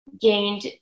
gained